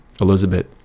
Elizabeth